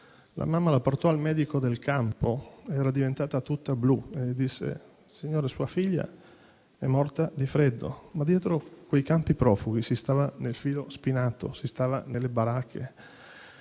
La mamma la portò al medico del campo, era diventata tutta blu, e il medico le disse: signora, sua figlia è morta di freddo. Dietro quei campi profughi però si stava nel filo spinato, nelle baracche,